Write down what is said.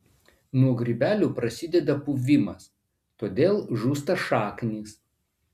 nuo grybelių prasideda puvimas todėl žūsta šaknys